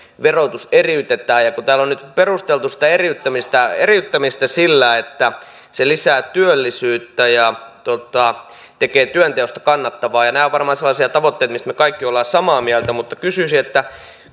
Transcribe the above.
verotus eriytetään kun täällä on nyt perusteltu sitä eriyttämistä eriyttämistä sillä että se lisää työllisyyttä ja tekee työnteosta kannattavaa nämä ovat varmaan sellaisia tavoitteita mistä me kaikki olemme samaa mieltä mutta kysyisin että